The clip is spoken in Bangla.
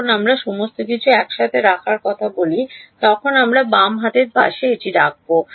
যখন আমরা সমস্ত কিছু একসাথে রাখার কথা বলি তখন আমরা বাম হাতের পাশে এসে এটি রাখব